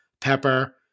pepper